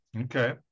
Okay